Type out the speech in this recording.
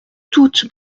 toutes